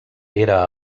era